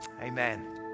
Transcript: Amen